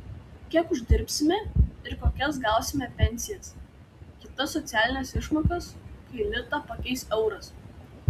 kiek uždirbsime ir kokias gausime pensijas kitas socialines išmokas kai litą pakeis euras